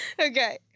okay